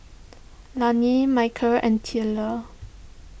Layne Micheal and Tyler